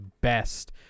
best